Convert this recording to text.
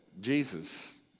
Jesus